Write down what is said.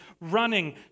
running